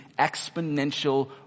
exponential